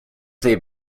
they